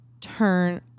turn